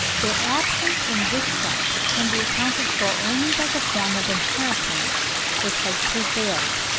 their absence in this sex can be accounted for only by the form of inheritance which has prevailed.